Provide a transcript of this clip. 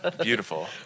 beautiful